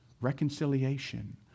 reconciliation